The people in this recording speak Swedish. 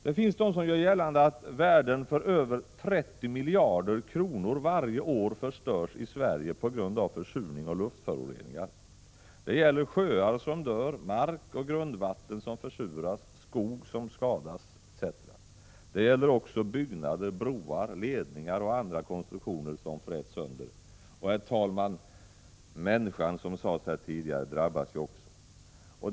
Det finns de som gör gällande att värden för över 30 miljarder kronor varje år förstörs i Sverige på grund av försurning och luftföroreningar. Det gäller sjöar som dör, mark och grundvatten som försuras, skog som skadas etc. Det gäller också byggnader, broar, ledningar och andra konstruktioner som fräts sönder. Människan, som det sades här tidigare, drabbas också.